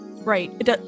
Right